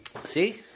See